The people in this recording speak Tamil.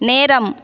நேரம்